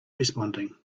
responding